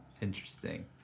Interesting